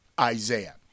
Isaiah